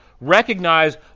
recognize